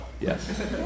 yes